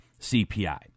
CPI